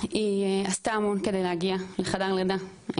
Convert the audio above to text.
עשתה המון כדי להגיע לחדר לידה,